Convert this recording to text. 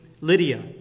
Lydia